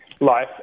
life